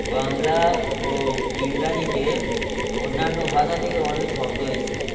বাংলা ও ইংরাজিতে অন্যান্য ভাষা থেকে অনেক শব্দ এসছে